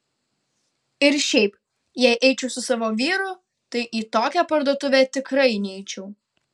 ir šiaip jei eičiau su savo vyru tai į tokią parduotuvę tikrai neičiau